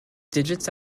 digits